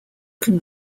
can